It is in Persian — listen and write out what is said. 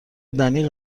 دنی